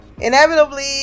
inevitably